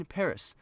Paris